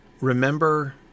Remember